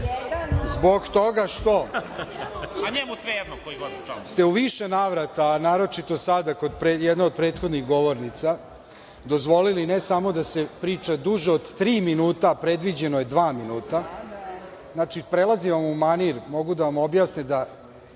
zbog toga što ste u više navrata, a naročito sada kod jedne od prethodnih govornica dozvolili ne samo da se priča duže od tri minuta, a predviđeno je dva minuta. Znači, prelazi vam u manir. Mogu da vam objasne da